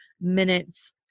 minutes